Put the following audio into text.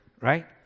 right